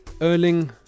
Erling